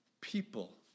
people